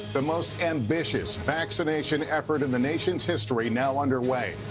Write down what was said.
the most ambitious vaccination effort in the nation's history now under way.